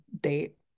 date